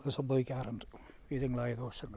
അത് സംഭവിക്കാറുണ്ട് വിവിധങ്ങളായ ദോഷങ്ങൾ